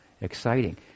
exciting